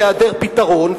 בהיעדר פתרון,